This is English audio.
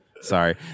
Sorry